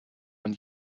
man